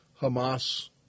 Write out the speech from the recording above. Hamas